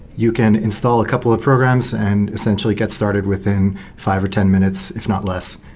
you can install a couple of programs and essentially get started within five or ten minutes, if not less.